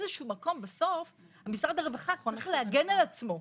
בסוף משרד הרווחה צריך להגן על עצמו,